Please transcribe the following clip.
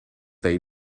they